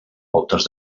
voltes